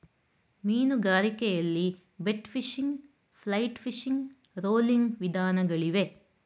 ಮೀನುಗಾರಿಕೆಯಲ್ಲಿ bait fishing, flight fishing, rolling ವಿಧಾನಗಳಿಗವೆ